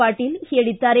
ಪಾಟೀಲ ಹೇಳಿದ್ದಾರೆ